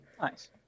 Nice